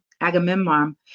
Agamemnon